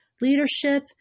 leadership